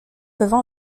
peuvent